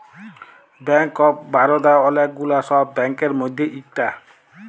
bank of Baroda ওলেক গুলা সব ব্যাংকের মধ্যে ইকটা